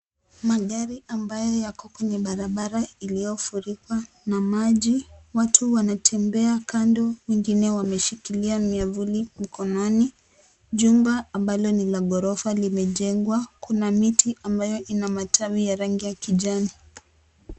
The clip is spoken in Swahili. Magari ambayo yako kwenye barabara iliyofurikwa na maji. Watu wanatembea kando wengine wameshikilia miavuli mkononi. Jumba ambalo ni la ghorofa limejengwa. Kuna miti ambayo ina matawi ya rangi ya kijani.